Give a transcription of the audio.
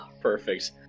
Perfect